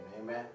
amen